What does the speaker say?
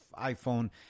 iPhone